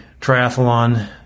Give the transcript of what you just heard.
triathlon